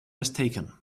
mistaken